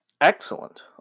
excellent